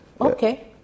Okay